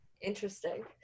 Interesting